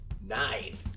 Nine